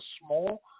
small